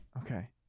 Okay